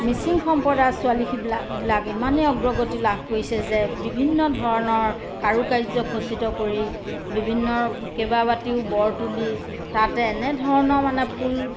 মিচিং সম্প্ৰদায়ৰ ছোৱালী সেইবিলাকবিলাক ইমানেই অগ্ৰগতি লাভ কৰিছে যে বিভিন্ন ধৰণৰ কাৰুকাৰ্য খচিত কৰি বিভিন্ন কেইবাবাতিও বৰ তুলি তাতে এনেধৰণৰ মানে ফুল